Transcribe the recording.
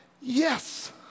Yes